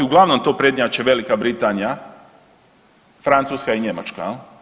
Uglavnom to prednjače Velika Britanija, Francuska i Njemačka.